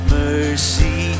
mercy